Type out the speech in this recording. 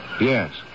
Yes